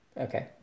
Okay